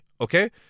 Okay